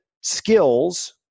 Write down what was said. skills